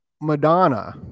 Madonna